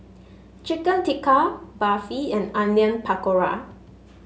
Chicken Tikka Barfi and Onion Pakora